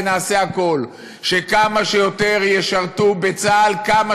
ונעשה הכול שכמה שיותר ישרתו בצה"ל כמה